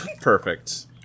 Perfect